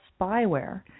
spyware